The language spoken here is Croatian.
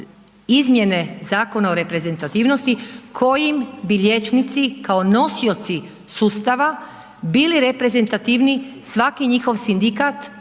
Izmjene Zakona o reprezentativnosti kojim bi liječnici kao nosioci sustava bili reprezentativni, svaki njihov sindikat,